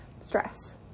Stress